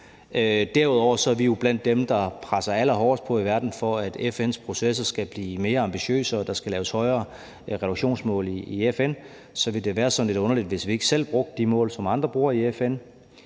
Derudover er vi jo blandt dem, der presser allerhårdest på i verden, for at FN's processer skal blive mere ambitiøse, og at der skal laves højere reduktionsmål i FN, og så ville det være sådan lidt underligt, hvis vi ikke selv brugte de mål, som andre bruger i FN.